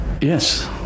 Yes